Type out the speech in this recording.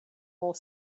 more